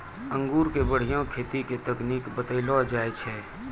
अंगूर के बढ़िया खेती के तकनीक बतइलो जाय छै